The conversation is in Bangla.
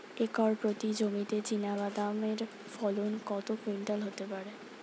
একর প্রতি জমিতে চীনাবাদাম এর ফলন কত কুইন্টাল হতে পারে?